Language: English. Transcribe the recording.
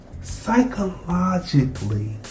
psychologically